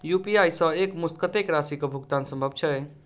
UPI सऽ एक मुस्त कत्तेक राशि कऽ भुगतान सम्भव छई?